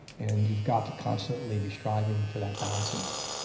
and you've got to constantly be striving for that balancing act.